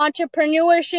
entrepreneurship